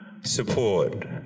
support